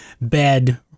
Bed